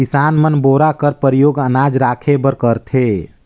किसान मन बोरा कर परियोग अनाज राखे बर करथे